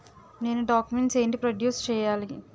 నేను డాక్యుమెంట్స్ ఏంటి ప్రొడ్యూస్ చెయ్యాలి?